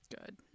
good